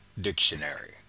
Dictionary